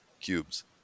cubes